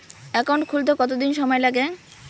Account খুলতে কতদিন সময় লাগে?